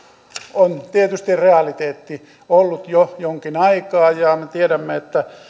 on tietysti realiteetti ollut jo jonkin aikaa me tiedämme että